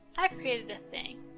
i've created a thing.